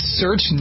search